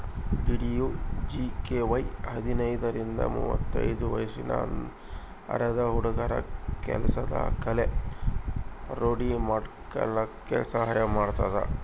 DDUGKY ಹದಿನೈದರಿಂದ ಮುವತ್ತೈದು ವಯ್ಸಿನ ಅರೆದ ಹುಡ್ಗುರ ಕೆಲ್ಸದ್ ಕಲೆ ರೂಡಿ ಮಾಡ್ಕಲಕ್ ಸಹಾಯ ಮಾಡ್ತಾರ